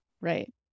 right